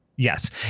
Yes